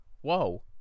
Whoa